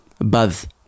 Buzz